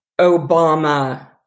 Obama